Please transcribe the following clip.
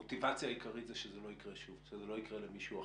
היא שזה לא יקרה שוב, שזה לא יקרה למישהו אחר.